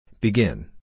Begin